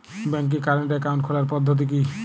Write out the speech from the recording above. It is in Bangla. ব্যাংকে কারেন্ট অ্যাকাউন্ট খোলার পদ্ধতি কি?